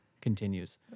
continues